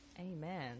Amen